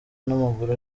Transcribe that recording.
n’amaguru